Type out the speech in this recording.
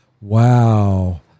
wow